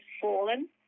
fallen